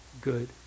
good